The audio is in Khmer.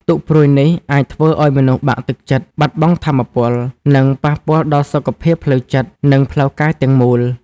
ទុក្ខព្រួយនេះអាចធ្វើឲ្យមនុស្សបាក់ទឹកចិត្ត បាត់បង់ថាមពល និងប៉ះពាល់ដល់សុខភាពផ្លូវចិត្ត និងផ្លូវកាយទាំងមូល។